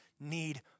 need